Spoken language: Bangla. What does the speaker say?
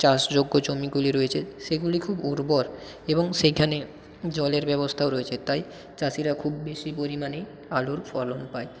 চাষযোগ্য জমিগুলি রয়েছে সেগুলি খুব উর্বর এবং সেইখানে জলের ব্যবস্থাও রয়েছে তাই চাষিরা খুব বেশি পরিমাণে আলুর ফলন পায়